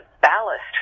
ballast